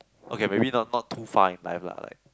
okay maybe not not too far in life lah like